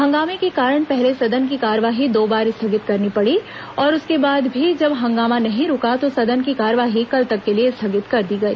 हंगामे के कारण पहले सदन की कार्यवाही दो बार स्थगित करनी पड़ी और उसके बाद भी जब हंगामा नहीं रूका तो सदन की कार्यवाही कल तक के लिए स्थगित कर दी गई